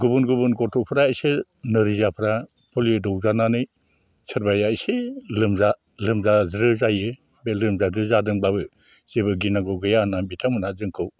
गुबुन गुबन गथ'फ्रा एसे नोरजियाफ्रा पलिअ दौजानानै सोरबाया एसे लोमजाज्रो जायो बे लोमजाज्रो जादोंब्लाबो जेबो गिनांगौ गैया होननानै बिथांमोनहा जोंखौ